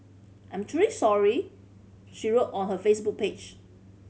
I'm truly sorry she wrote on her Facebook page